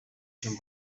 чинь